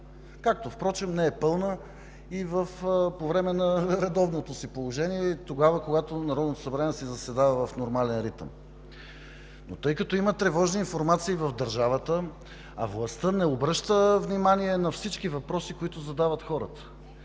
както впрочем не е пълна и по време на редовното си положение тогава, когато Народното събрание заседава в нормалния си ритъм. Но тъй като има тревожни информации в държавата, а властта не обръща внимание на всички въпроси, които задават хората,